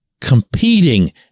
competing